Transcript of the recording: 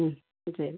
ശരി